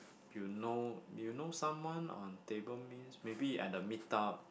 you know you know someone on table means maybe at a meet up